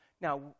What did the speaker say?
Now